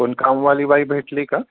कोण कामवाली बाई भेटली का